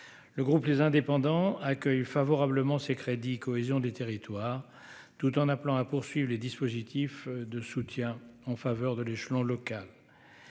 le groupe, les indépendants, accueille favorablement ces crédits cohésion des territoires tout en appelant à poursuivre les dispositifs de soutien en faveur de l'échelon local,